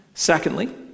Secondly